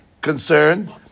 concerned